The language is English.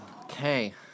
Okay